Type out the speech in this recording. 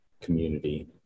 community